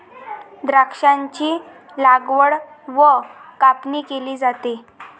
द्राक्षांची लागवड व कापणी केली जाते